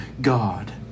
God